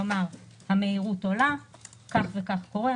כלומר אם המהירות עולה כך וכך קורה,